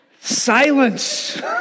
Silence